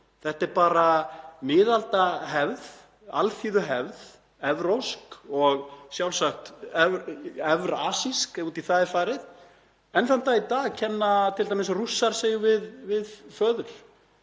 Þetta er bara miðaldahefð, alþýðuhefð, evrópsk og sjálfsagt evrasísk ef út í það er farið. Enn þann dag í dag kenna t.d. Rússar sig við föður